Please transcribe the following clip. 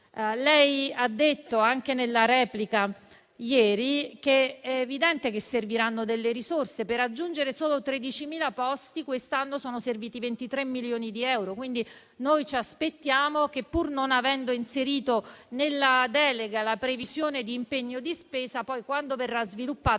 Lei ha detto, anche nella replica di ieri, che è evidente che serviranno delle risorse; per aggiungere solo 13.000 posti, quest'anno sono serviti 23 milioni di euro. Noi ci aspettiamo che, pur non avendo inserito nella delega la previsione di impegno di spesa, quando essa verrà sviluppata, verranno